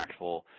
impactful